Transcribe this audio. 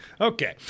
Okay